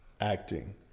acting